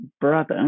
brother